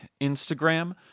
Instagram